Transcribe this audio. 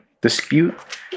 Dispute